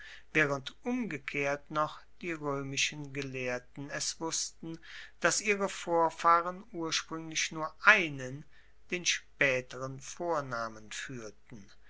waehrend umgekehrt noch die roemischen gelehrten es wussten dass ihre vorfahren urspruenglich nur einen den spaeteren vornamen fuehrten